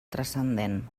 transcendent